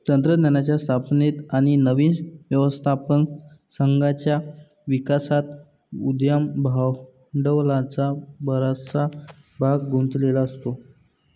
तंत्रज्ञानाच्या स्थापनेत आणि नवीन व्यवस्थापन संघाच्या विकासात उद्यम भांडवलाचा बराचसा भाग गुंतलेला असतो